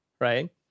right